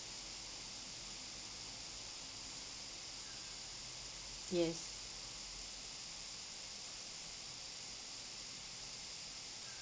yes